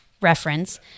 reference